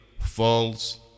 false